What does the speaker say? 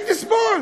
שתסבול,